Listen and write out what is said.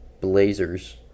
Blazers